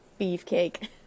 beefcake